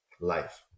life